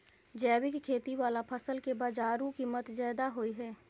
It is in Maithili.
जैविक खेती वाला फसल के बाजारू कीमत ज्यादा होय हय